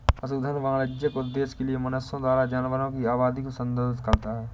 पशुधन वाणिज्यिक उद्देश्य के लिए मनुष्यों द्वारा जानवरों की आबादी को संदर्भित करता है